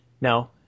no